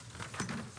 הישיבה ננעלה בשעה 10:08.